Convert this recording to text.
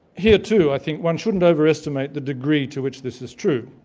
here too, i think one shouldn't overestimate the degree to which this is true.